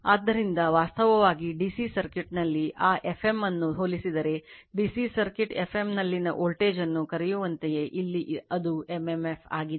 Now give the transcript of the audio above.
ಆದ್ದರಿಂದ ವಾಸ್ತವವಾಗಿ DC ಸರ್ಕ್ಯೂಟ್ನಲ್ಲಿ ಆ Fm ಅನ್ನು ಹೋಲಿಸಿದರೆ DC ಸರ್ಕ್ಯೂಟ್ Fm ನಲ್ಲಿನ ವೋಲ್ಟೇಜ್ ಅನ್ನು ಕರೆಯುವಂತೆಯೇ ಇಲ್ಲಿ ಅದು m m f ಆಗಿದೆ